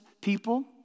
people